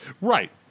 Right